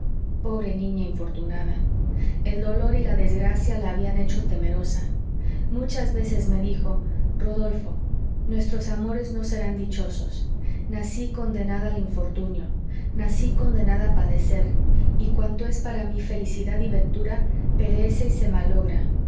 pobre niña infortunada el dolor y la desgracia la habían hecho temerosa muchas veces me dijo rodolfo nuestros amores no serán dichosos nací condenada al infortunio nací condenada a padecer y cuanto es para mí felicidad y ventura perece y se malogra